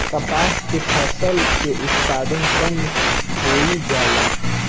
कपास के फसल के उत्पादन कम होइ जाला?